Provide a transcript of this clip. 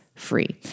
Free